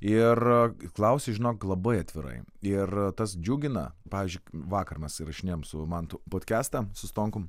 ir klausia žinok labai atvirai ir tas džiugina pavyzdžiui vakar mes įrašinėjom su mantu podkestą su stonkum